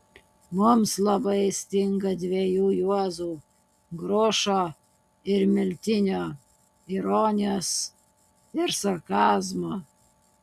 mums labai stinga dviejų juozų grušo ir miltinio ironijos ir sarkazmo